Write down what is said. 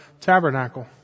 tabernacle